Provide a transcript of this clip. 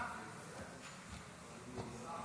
אדוני